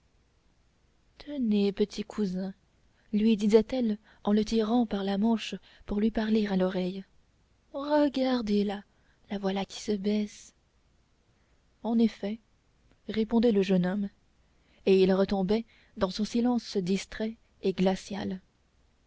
tenez petit cousin lui disait-elle en le tirant par la manche pour lui parler à l'oreille regardez-la donc la voilà qui se baisse en effet répondait le jeune homme et il retombait dans son silence distrait et glacial